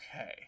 Okay